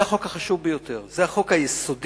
זה החוק החשוב ביותר, זה החוק היסודי